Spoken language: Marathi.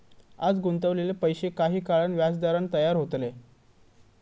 आज गुंतवलेले पैशे काही काळान व्याजदरान तयार होतले